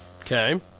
Okay